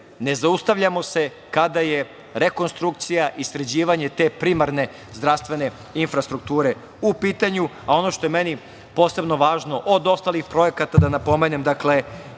ne zaustavljamo se kada je rekonstrukcija i sređivanje te primarne zdravstvene infrastrukture u pitanju. Ono što je meni posebno važno, od ostalih projekata da napomenem, dakle,